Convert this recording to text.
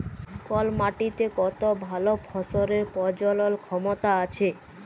call মাটিতে কত ভাল ফসলের প্রজলল ক্ষমতা আছে